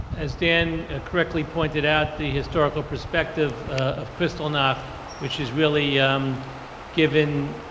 as dan correctly pointed out the historical perspective of kristallnacht which has really given,